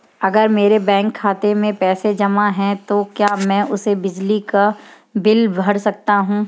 अगर मेरे बैंक खाते में पैसे जमा है तो क्या मैं उसे बिजली का बिल भर सकता हूं?